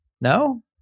No